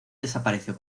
desapareció